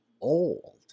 old